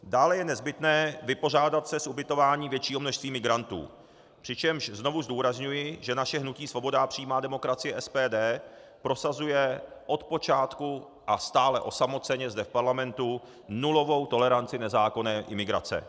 Dále je nezbytné vypořádat se s ubytováním většího množství migrantů, přičemž znovu zdůrazňuji, že naše hnutí Svoboda a přímá demokracie, SPD, prosazuje odpočátku a stále osamoceně zde v parlamentu nulovou toleranci nezákonné imigrace.